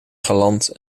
galant